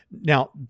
Now